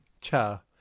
cha